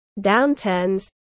downturns